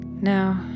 now